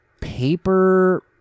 paper